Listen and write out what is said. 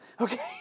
okay